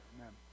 Amen